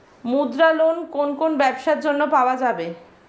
মুদ্রা লোন কোন কোন ব্যবসার জন্য পাওয়া যাবে?